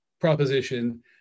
proposition